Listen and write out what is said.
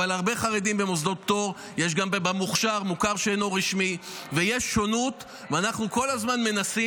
גם את מקצועות הליבה וגם את מקצועות הקודש.